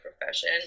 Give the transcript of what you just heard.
profession